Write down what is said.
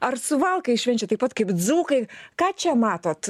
ar suvalkai švenčia taip pat kaip dzūkai ką čia matot